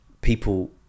people